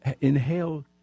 inhale